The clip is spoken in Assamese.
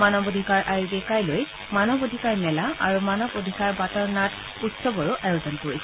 মানৱ অধিকাৰ আয়োগে কাইলৈ মানৱ অধিকাৰ মেলা আৰু মানৱ অধিকাৰ বাটৰ নাট উৎসৱৰো আয়োজন কৰিছে